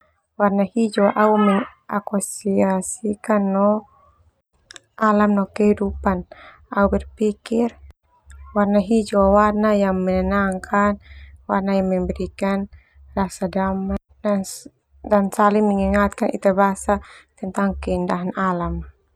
Warna hijau au mengasosiasikan no alam no kehidupan. Au berpikir warna hijau warna yang menenangkan, warna yang memberikan rasa damai dan saling mengingatkan ita basa tentang keindahan alam.